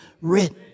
written